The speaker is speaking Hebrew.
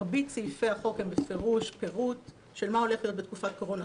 מרבית סעיפי החוק הם בפירוש פירוט של מה הולך להיות בתקופת קורונה.